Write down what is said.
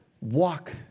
walk